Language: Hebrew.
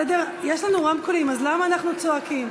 סדר, יש לנו רמקולים, אז למה אנחנו צועקים?